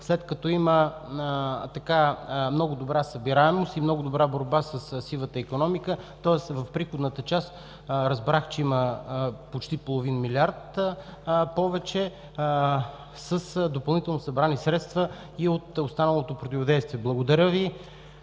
след като има много добра събираемост и много добра борба със сивата икономика, тоест в приходната част разбрах, че има почти половин милиард повече с допълнително събрани средства и от останалото противодействие. Благодаря Ви